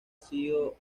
sido